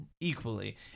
equally